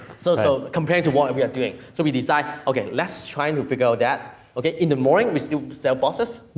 so so, comparing to what we are doing. so we decide, ok, let's try and to figure out that, ok. in the morning, we still sell boxes,